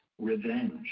revenge